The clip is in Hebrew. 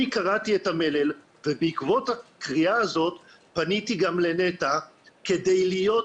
אני קראתי את המלל ובעקבות הקריאה הזאת פניתי גם לנת"ע כדי להיות